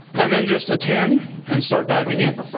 and then just attend and start diving in.